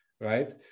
right